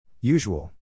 Usual